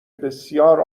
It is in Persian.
بسیار